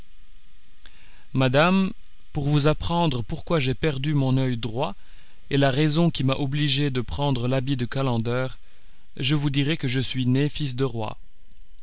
madame pour vous apprendre pourquoi j'ai perdu mon oeil droit et la raison qui m'a obligé de prendre l'habit de calender je vous dirai que je suis né fils de roi